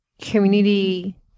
community